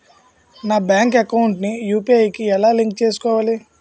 నా bank account ని UPI కి ఎలా లింక్ చేసుకోవాలి?